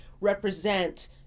represent